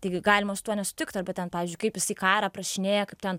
taigi galima su tuo nesutikt arba ten pavyzdžiui kaip jisai karą aprašinėja kaip ten